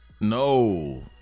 No